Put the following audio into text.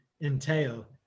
entail